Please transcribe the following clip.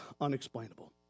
unexplainable